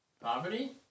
Poverty